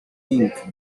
inc